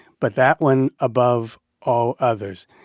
but that one above all others.